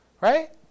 Right